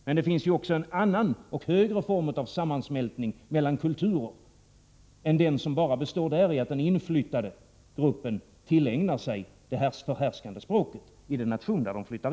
Men det finns ju också en annan och högre form av sammansmältning mellan kulturer än den som bara består däri att den inflyttade gruppen tillägnar sig det förhärskande språket i det land dit den flyttar.